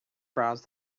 browsed